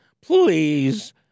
please